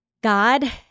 God